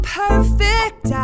perfect